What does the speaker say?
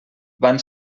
van